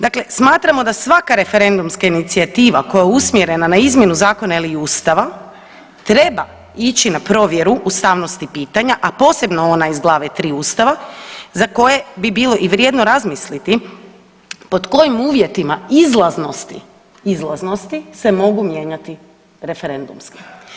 Dakle, smatramo da svaka referendumska inicijativa koja je usmjerena na izmjenu zakona ili ustava treba ići na provjeru ustavnosti pitanja, a posebno ona iz glave 3. ustava za koje bi bilo i vrijedno razmisliti pod kojim uvjetima izlaznosti, izlaznosti se mogu mijenjati referendumska.